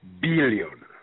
billion